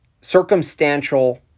circumstantial